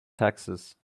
taxes